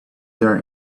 there